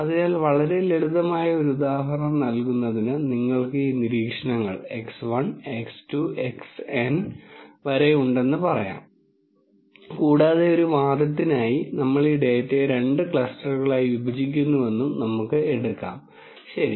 അതിനാൽ വളരെ ലളിതമായ ഒരു ഉദാഹരണം നൽകുന്നതിന് നിങ്ങൾക്ക് ഈ നിരീക്ഷണങ്ങൾ x1 x2 xN വരെ ഉണ്ടെന്ന് പറയാം കൂടാതെ ഒരു വാദത്തിനായി നമ്മൾ ഈ ഡാറ്റയെ രണ്ട് ക്ലസ്റ്ററുകളായി വിഭജിക്കുന്നുവെന്നും നമുക്ക് എടുക്കാം ശരി